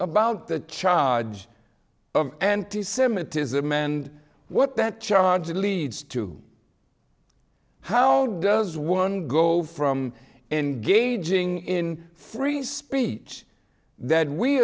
about the charge of anti semitism and what that charge leads to how does one go from engaging in free speech that we